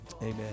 amen